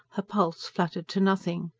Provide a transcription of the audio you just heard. her pulse fluttered to nothing.